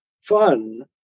fun